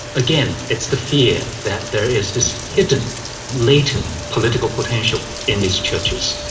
again, it's the fear that there is this hidden latent political potential in these churches.